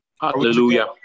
Hallelujah